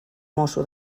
mosso